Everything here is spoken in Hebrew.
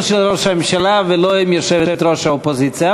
לא של ראש הממשלה ולא של יושבת-ראש האופוזיציה,